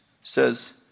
says